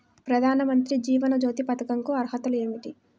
ప్రధాన మంత్రి జీవన జ్యోతి పథకంకు అర్హతలు ఏమిటి?